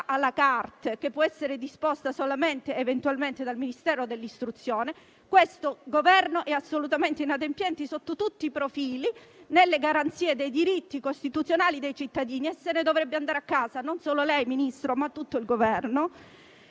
la carte*, che può essere eventualmente disposta solo dal Ministero dell'istruzione. Il Governo è assolutamente inadempiente sotto tutti i profili e nelle garanzia dei diritti costituzionali dei cittadini e se ne dovrebbe andare a casa: non solo lei, signor Ministro, ma tutto il Governo.